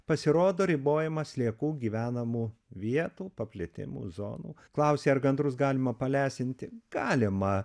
pasirodo ribojamas sliekų gyvenamų vietų paplitimų zonų klausei ar gandrus galima palesinti galima